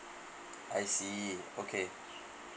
I see okay